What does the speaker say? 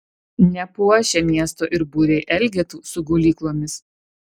nepuošia miesto ir būriai elgetų su gulyklomis